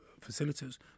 facilities